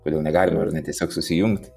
kodėl negalima ar ne tiesiog susijungt